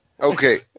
Okay